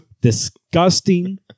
Disgusting